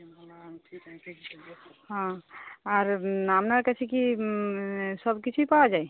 হুম আর আপনার কাছে কি সব কিছুই পাওয়া যায়